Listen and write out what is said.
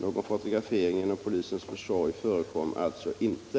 Någon fotografering genom polisens försorg förekom alltså inte.